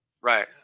Right